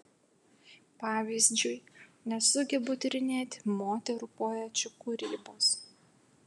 pavyzdžiui nesugebu tyrinėti moterų poečių kūrybos